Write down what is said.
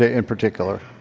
ah in particular?